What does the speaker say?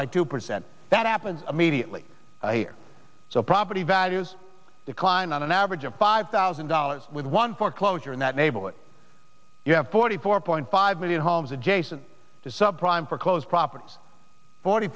by two percent that happens immediately here so property values decline on an average of five thousand dollars with one foreclosure in that neighborhood you have forty four point five million homes adjacent to sub prime foreclosed properties forty